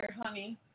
honey